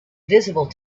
visible